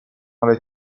alle